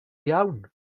iawn